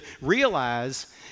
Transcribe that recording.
realize